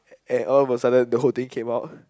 and all of the sudden the whole thing came out